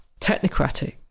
technocratic